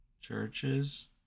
Churches